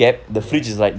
ya